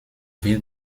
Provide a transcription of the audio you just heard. wird